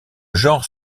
genre